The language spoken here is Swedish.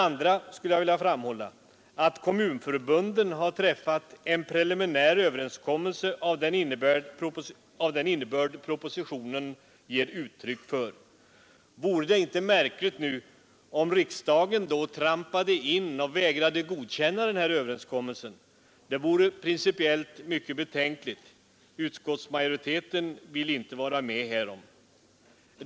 Vidare skulle jag vilja framhålla att kommunförbunden har träffat en preliminär överenskommelse av den innebörd propositionen ger uttryck för. Vore det inte märkligt om riksdagen då trampade in och vägrade godkänna den överenskommelsen? Det vore principiellt mycket betänkligt. Utskottsmajoriteten vill inte vara med härom.